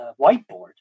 whiteboard